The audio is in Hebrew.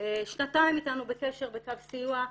שנתיים איתנו בקשר בקו סיוע,